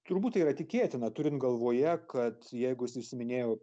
turbūt tai yra tikėtina turint galvoje kad jeigu jisai užsiiminėjo